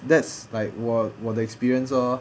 that's like 我我的 experience lor